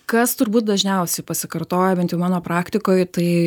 kas turbūt dažniausiai pasikartoja bent jau mano praktikoj tai